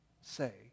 say